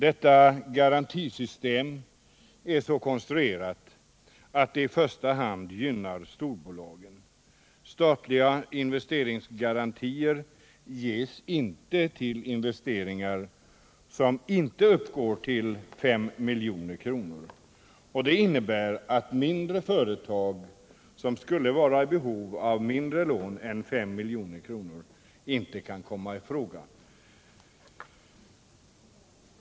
Detta garantisystem är så konstruerat att det i första hand gynnar storbolagen. Statliga investeringsgarantier ges inte till investeringar som inte uppgår till 5 milj.kr. Det innebär att mindre företag, som skulle vara i behov av mindre lån än på 5 milj.kr., inte kan komma i fråga för garantierna.